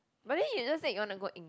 but then you just said you wanna go and